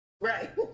Right